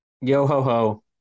Yo-ho-ho